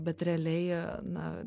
bet realiai na